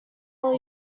will